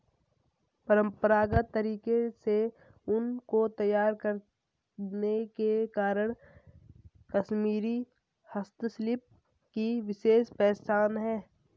परम्परागत तरीके से ऊन को तैयार करने के कारण कश्मीरी हस्तशिल्प की विशेष पहचान है